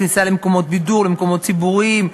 כניסה למקומות בידור ולמקומות ציבוריים,